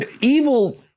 evil